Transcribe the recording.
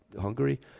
Hungary